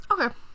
Okay